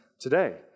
today